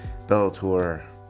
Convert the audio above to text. Bellator